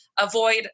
avoid